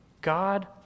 God